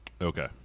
Okay